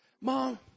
Mom